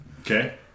Okay